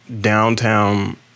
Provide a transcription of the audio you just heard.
downtown